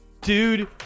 Dude